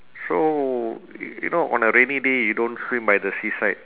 so y~ you know on a rainy day you don't swim by the seaside